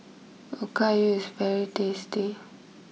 Okayu is very tasty